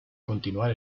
continuar